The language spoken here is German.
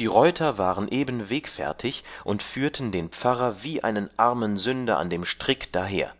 die reuter waren eben wegfertig und führten den pfarrer wie einen armen sünder an dem strick daher